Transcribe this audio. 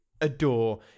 adore